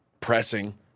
pressing